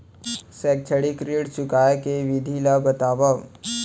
शैक्षिक ऋण चुकाए के विधि ला बतावव